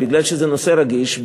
מכיוון שזה נושא רגיש,